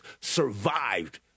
survived